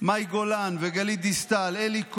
מאי גולן, גלית דיסטל, אלי כהן,